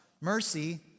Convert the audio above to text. mercy